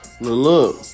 look